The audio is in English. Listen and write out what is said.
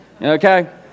Okay